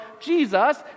Jesus